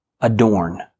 adorn